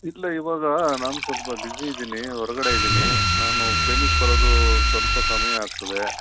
ಇಲ್ಲ ಇವಾಗ ನಾನು ಸ್ವಲ್ಪ ಬಿಜಿ ಇದ್ದೀನಿ ಹೊರಗಡೆ ಇದ್ದೀನಿ ನಾನು ಕ್ಲಿನಿಕ್ ಬರೋದು ಸ್ವಲ್ಪ ಸಮಯ ಆಗ್ತದೆ